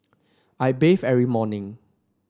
I bathe every morning